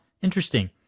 interesting